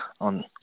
on